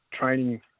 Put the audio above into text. training